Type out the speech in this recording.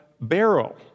barrel